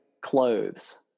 clothes